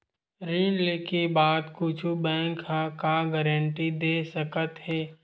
ऋण लेके बाद कुछु बैंक ह का गारेंटी दे सकत हे?